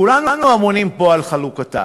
כולנו אמונים פה על חלוקתה.